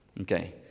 Okay